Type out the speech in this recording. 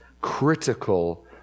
critical